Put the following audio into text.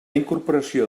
incorporació